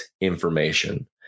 information